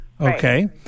okay